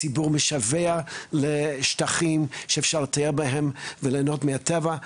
הציבור משווע לשטחים שאפשר לטייל בהם וליהנות מהטבע.